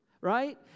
right